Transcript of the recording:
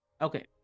Okay